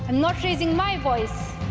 and not raising my voice,